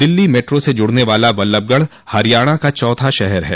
Delhi metro से जुड़ने वाला बल्लभगढ़ हरियाणा का चौथा शहर है